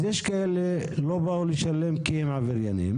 אז יש כאלה שלא באו לשלם כי הם עבריינים,